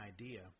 idea